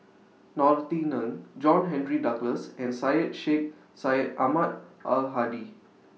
Norothy Ng John Henry Duclos and Syed Sheikh Syed Ahmad Al Hadi